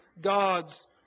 God's